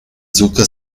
zucca